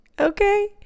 Okay